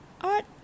Art